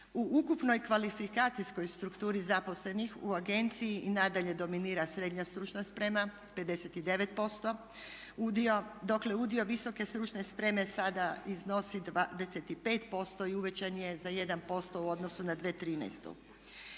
U ukupnoj kvalifikacijskoj strukturi zaposlenih u agenciji i nadalje dominira srednja stručna sprema 56% udio, dokle udio visoke stručne spreme sada iznosi 25% i uvećan je za 1% u odnosu na 2013.